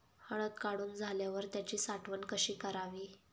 हळद काढून झाल्यावर त्याची साठवण कशी करावी?